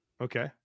Okay